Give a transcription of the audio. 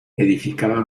edificaba